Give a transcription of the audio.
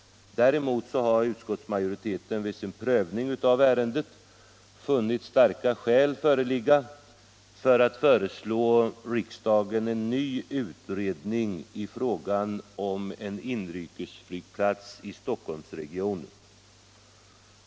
Däremot har utskottets majoritet vid prövningen av detta ärende funnit starka skäl föreligga för att föreslå riksdagen en ny utredning i frågan om en inrikes flygplats i Stockholmsregionen.